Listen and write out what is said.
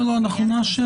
לא, אנחנו נאשר.